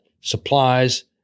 supplies